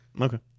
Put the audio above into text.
Okay